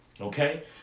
Okay